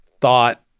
thought